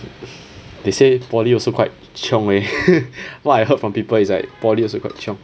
they say poly also quite chiong eh what I heard from people it's like poly also quite chiong